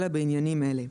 אלא בעניינים אלה: